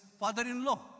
father-in-law